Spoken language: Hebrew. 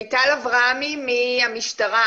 אלפי תלמידים נושרים יפתחו את שנת הלימודים ברחוב.